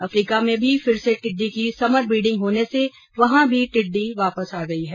Africa में फिर से टिड्डी की समर ब्रीडिंग होने से वहां भी टिड्डी वापस आ गई है